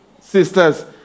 sisters